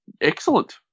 excellent